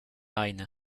aynı